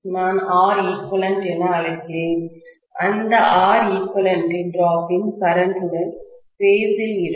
நான் Req என அழைக்கிறேன் அந்த Req இன் டிராப்வீழ்ச்சி கரண்ட்டுடன் பேஸ் இல் இருக்கும்